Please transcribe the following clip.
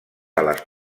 ales